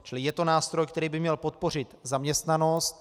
Čili je to nástroj, který by měl podpořit zaměstnanost.